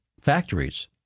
factories